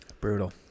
Brutal